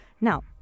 Now